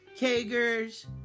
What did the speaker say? kagers